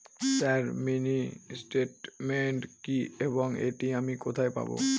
Sir mini statement কি এবং এটি আমি কোথায় পাবো?